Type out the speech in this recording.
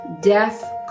death